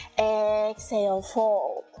exhale, fold,